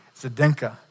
Zdenka